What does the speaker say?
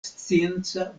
scienca